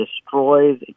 destroys